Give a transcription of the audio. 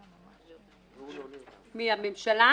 מי, הממשלה?